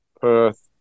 Perth